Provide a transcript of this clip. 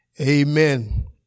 Amen